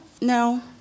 No